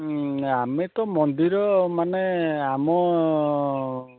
ହୁଁ ଆମେ ତ ମନ୍ଦିରମାନେ ଆମ